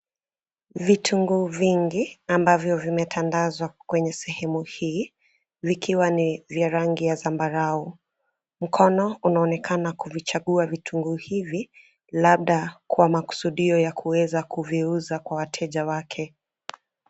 Vitunguu vingi na mbavyo vimetandazwa kwenye sehemu hii, vikiwa ni vya rangi ya zambarau. Mkono unonekana kuvichagua vitunguu hivi labda kwa makusudio kuweza kuviuza kwa wateja wake.